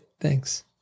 Thanks